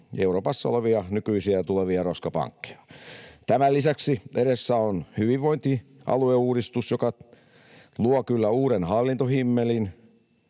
Euroopassa olevia nykyisiä ja tulevia roskapankkeja. Tämän lisäksi edessä on hyvinvointialueuudistus, joka luo kyllä uuden hallintohimmelin,